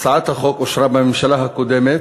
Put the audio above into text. הצעת החוק אושרה בממשלה הקודמת,